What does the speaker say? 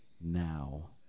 Now